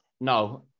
no